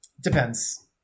Depends